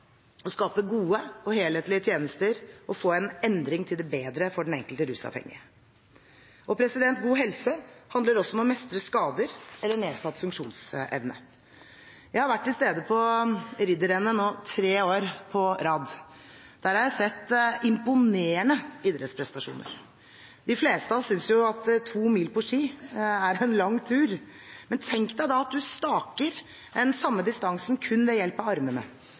å skape gode og helhetlige tjenester og å få en endring til det bedre for den enkelte rusavhengige. God helse handler også om å mestre skader eller nedsatt funksjonsevne. Jeg har vært til stede på Ridderrennet nå tre år på rad. Der har jeg sett imponerende idrettsprestasjoner. De fleste av oss synes at to mil på ski er en lang tur. Men tenk deg da at du staker den samme distansen kun ved hjelp av armene,